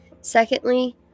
secondly